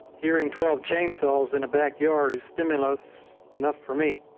hearing twelve chainsaws in a back yard is stimulus enough for me